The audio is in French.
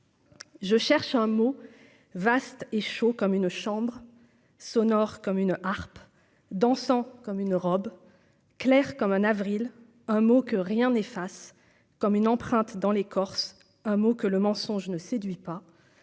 Je cherche un mot vaste et chaud comme une chambre sonore comme une harpe dansant comme une robe claire comme un avril un mot que rien n'efface comme une empreinte dans les Corses un mot que le mensonge ne séduit pas